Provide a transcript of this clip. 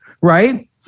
right